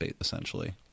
essentially